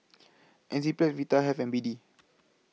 Enzyplex Vitahealth and B D